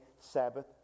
Sabbath